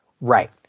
right